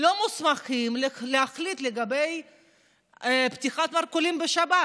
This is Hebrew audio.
לא מוסמכים להחליט לגבי פתיחת מרכולים בשבת?